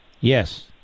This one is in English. Yes